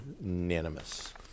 Unanimous